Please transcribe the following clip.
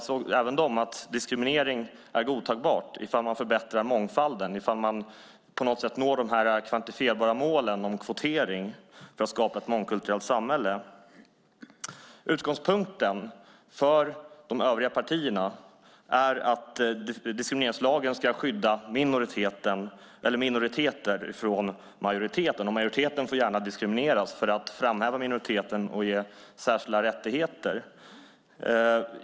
Även JK tycker alltså att diskriminering är godtagbar ifall man förbättrar mångfalden och ifall man på något sätt når de kvantifierbara målen om kvotering för att skapa ett mångkulturellt samhälle. Utgångspunkten för de övriga partierna är att diskrimineringslagen ska skydda minoriteter från majoriteten. Majoriteten får gärna diskrimineras för att framhäva minoriteten och ge den särskilda rättigheter.